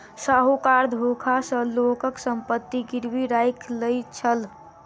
साहूकार धोखा सॅ लोकक संपत्ति गिरवी राइख लय छल